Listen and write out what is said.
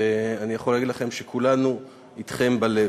ואני יכול להגיד לכם שכולנו אתכם בלב,